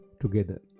together